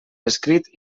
escrit